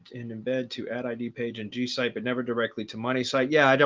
and embed to add id page and g site but never directly to money site. yeah, i don't.